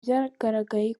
byagaragaye